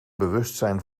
bewustzijn